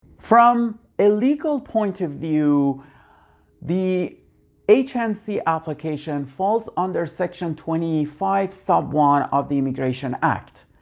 from a legal point of view the h and c application falls under section twenty five sub one of the immigration act.